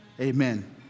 Amen